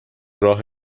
راه